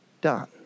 done